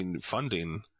funding